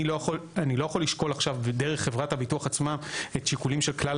אני לא יכול לשקול עכשיו דרך חברת הביטוח עצמה את השיקולים של כלל